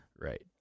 Right